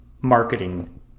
marketing